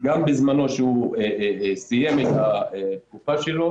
גם בזמנו כשהוא סיים את התקופה שלו